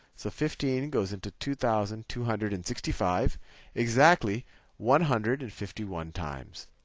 so fifteen goes into two thousand two hundred and sixty five exactly one hundred and fifty one times.